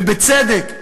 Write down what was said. ובצדק,